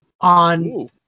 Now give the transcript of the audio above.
on